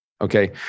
Okay